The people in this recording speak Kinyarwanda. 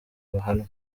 bahanwe